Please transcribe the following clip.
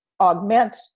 augment